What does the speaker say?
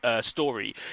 story